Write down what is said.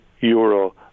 euro